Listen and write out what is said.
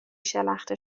شلخته